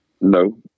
No